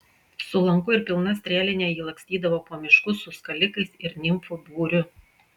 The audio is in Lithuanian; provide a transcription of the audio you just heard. su lanku ir pilna strėline ji lakstydavo po miškus su skalikais ir nimfų būriu